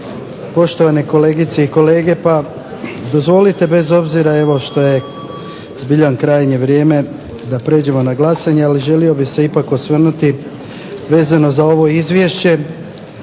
poštovane kolegice i kolege. Pa dozvolite bez obzira evo što je zbilja krajnje vrijeme da prijeđemo na glasanje, ali želio bih se ipak osvrnuti vezano za ovo izvješće,